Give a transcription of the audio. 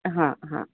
हां हां